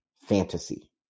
fantasy